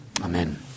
Amen